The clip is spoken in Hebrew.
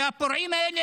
הפורעים האלה,